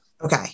Okay